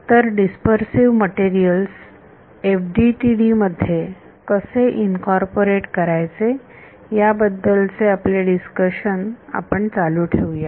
तर dispersive materials FDTD मध्ये कसे इन्कॉर्पोरेट करायचे याबद्दलचे आपले डिस्कशन आपण चालू ठेवूया